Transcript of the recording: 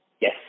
Yes